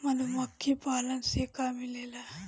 मधुमखी पालन से का मिलेला?